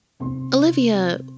Olivia